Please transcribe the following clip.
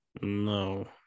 No